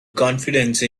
confidence